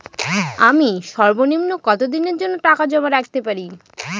আমি সর্বনিম্ন কতদিনের জন্য টাকা জমা রাখতে পারি?